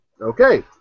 Okay